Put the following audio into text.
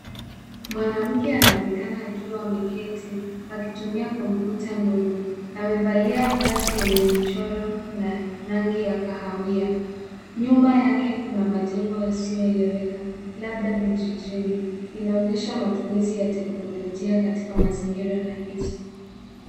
Mwanamke anaonekana akitumia wa ameketi akitumia kompyuta ndogo. Amevalia vazi lenye michoro na rangi ya kahawia. Nyuma yake kuna majengo yasiyo elewekaweka. Labda vijijini. Inaonyesha matumizi ya teknolojia katika mazingira rahisi.